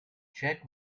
check